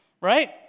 right